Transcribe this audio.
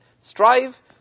Strive